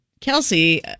Kelsey